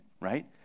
right